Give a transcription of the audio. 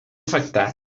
afectats